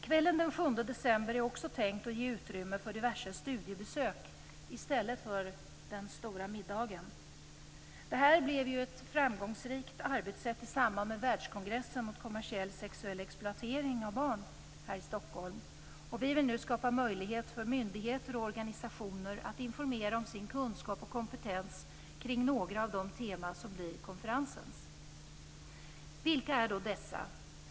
Kvällen den 7 december är också tänkt att ge utrymme för diverse studiebesök i stället för den stora middagen. Det här blev ju ett framgångsrikt arbetssätt i samband med världskongressen mot kommersiell sexuell exploatering av barn här i Stockholm. Vi vill nu skapa möjlighet för myndigheter och organisationer att informera om sin kunskap och kompetens kring några av de teman som blir konferensens. Vilka är då dessa?